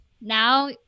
now